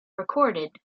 recorded